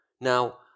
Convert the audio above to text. Now